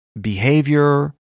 behavior